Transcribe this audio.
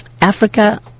Africa